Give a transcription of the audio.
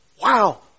Wow